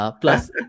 plus